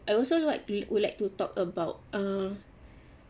I also like would like to talk about err